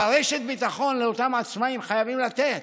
אבל רשת ביטחון לאותם עצמאים חייבים לתת.